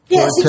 Yes